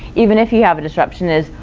even if you have a disruption is,